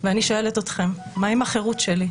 ואני שואלת אתכם, מה עם החירות שלי?